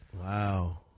Wow